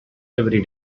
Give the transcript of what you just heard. every